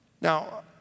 Now